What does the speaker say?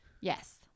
Yes